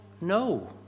no